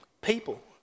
people